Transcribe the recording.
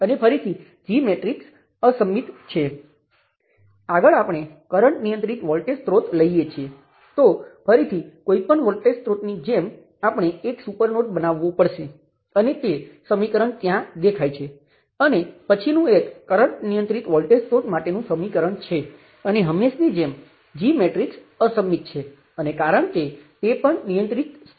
અહીં મારી પાસે R12 Rm હશે જે કરંટ નિયંત્રિત વોલ્ટેજ સ્ત્રોતનું યોગદાન છે પછી R12 R22 R23 અને R23 R m અને ત્રીજું પહેલા જેવું જ છે R13 R23 R13 R23 R33 અને i1 i2 અને i3 અને આ સમગ્ર બરાબર V1 0 0 છે